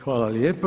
Hvala lijepo.